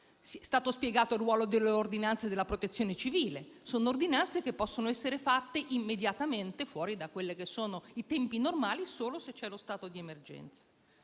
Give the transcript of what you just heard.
È stato spiegato il ruolo delle ordinanze della Protezione civile: sono ordinanze che possono essere fatte immediatamente fuori dai tempi normali solo se c'è lo stato di emergenza.